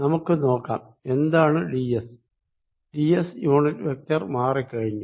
നമുക്ക് നോക്കാം എന്താണ് D S D S unit vector മാറിക്കഴിഞ്ഞു